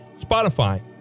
Spotify